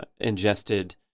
ingested